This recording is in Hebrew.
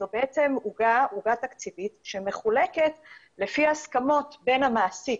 זו בעצם עוגה תקציבית שמחולקת לפי הסכמות בין המעסיק,